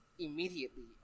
immediately